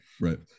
right